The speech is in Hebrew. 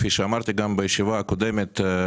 כפי שאמרתי בישיבה הקודמת,